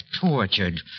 tortured